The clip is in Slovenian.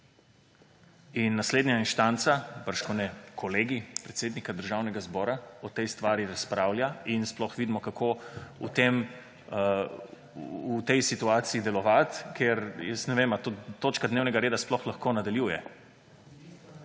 In naslednja instanca, bržkone Kolegij predsednika Državnega zbora, o tej stvari razpravlja in sploh vidimo, kako v tej situaciji delovati, ker jaz ne vem, ali se točka dnevnega reda sploh lahko nadaljuje.